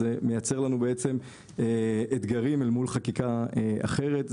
זה מייצר לנו אתגרים מול חקיקה אחרת.